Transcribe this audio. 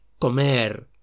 comer